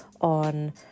on